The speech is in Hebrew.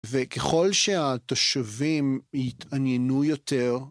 וככל שהתושבים יתעניינו יותר